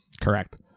Correct